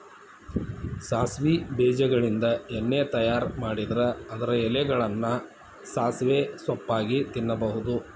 ಸಾಸವಿ ಬೇಜಗಳಿಂದ ಎಣ್ಣೆ ತಯಾರ್ ಮಾಡಿದ್ರ ಅದರ ಎಲೆಗಳನ್ನ ಸಾಸಿವೆ ಸೊಪ್ಪಾಗಿ ತಿನ್ನಬಹುದು